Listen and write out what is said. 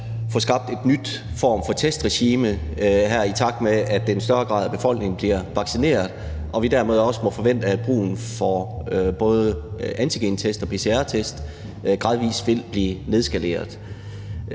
få skabt en ny form for testregime, i takt med at en større del af befolkningen bliver vaccineret og vi dermed også må forvente, at behovet for både antigentest og pcr-test gradvis vil aftage.